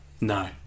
no